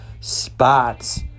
spots